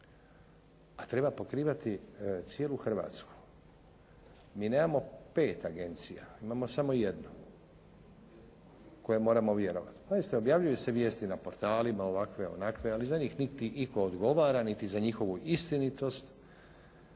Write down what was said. A treba pokrivati cijelu Hrvatsku. Mi nemamo 5 agencija. Imamo samo jednu kojoj moramo vjerovati. Pazite objavljuju se vijesti na portalima ovakve onakve, ali za njih niti itko odgovara niti za njihovu istinitost,